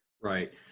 Right